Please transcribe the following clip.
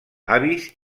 avis